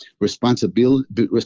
responsibility